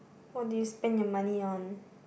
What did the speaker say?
what do you spend your money on